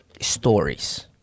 stories